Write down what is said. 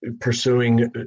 pursuing